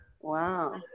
Wow